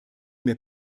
mir